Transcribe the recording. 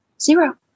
zero